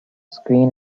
screen